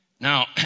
Now